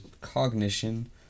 Cognition